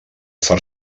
far